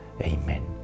Amen